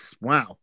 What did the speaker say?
Wow